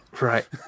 Right